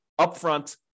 upfront